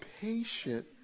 patient